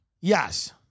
Yes